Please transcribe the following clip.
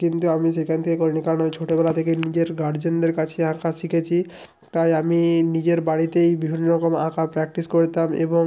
কিন্তু আমি সেখান থেকে করি নি কারণ আমি ছোটোবেলা থেকে নিজের গার্জেনদের কাছেই আঁকা শিখেছি তাই আমি নিজের বাড়িতেই বিভিন্ন রকম আঁকা প্র্যাকটিস করতাম এবং